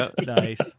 nice